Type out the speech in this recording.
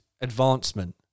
advancement